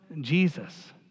Jesus